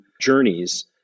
journeys